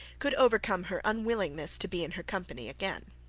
could overcome her unwillingness to be in her company again.